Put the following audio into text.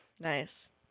Nice